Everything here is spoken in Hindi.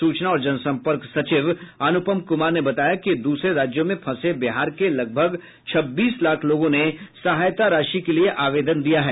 सूचना और जन सम्पर्क सचिव अनुपम कुमार ने बताया कि दूसरे राज्यों में फंसे बिहार के लगभग छब्बीस लाख लोगों ने सहायता राशि के लिए आवेदन दिया है